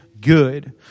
good